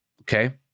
okay